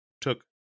took